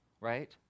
right